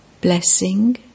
Blessing